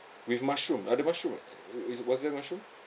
with mushroom ada mushroom ah it~ was there mushroom